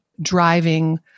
driving